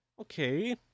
Okay